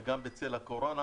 וגם בצל הקורונה,